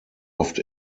oft